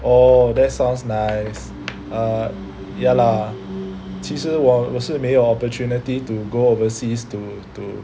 oh that sounds nice err ya lah 其实我我是没有 opportunity to go overseas to to